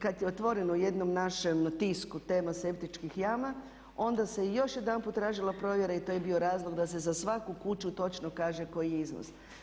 Kad je otvoreno u jednom našem tisku tema septičkih jama, onda se još jedanput tražila provjera i to je bio razlog da se za svaku kuću točno kaže koji je iznos.